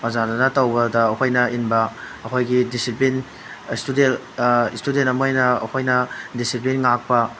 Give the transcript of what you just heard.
ꯑꯣꯖꯥꯗꯨꯅ ꯇꯧꯕꯗ ꯑꯩꯈꯣꯏꯅ ꯏꯟꯕ ꯑꯩꯈꯣꯏꯒꯤ ꯗꯤꯁꯤꯄ꯭ꯂꯤꯟ ꯏꯁꯇꯨꯗꯦꯟ ꯏꯁꯇꯨꯗꯦꯟ ꯑꯃ ꯑꯣꯏꯅ ꯑꯩꯈꯣꯏꯅ ꯗꯤꯁꯤꯄ꯭ꯂꯤꯟ ꯉꯥꯛꯄ